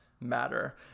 Matter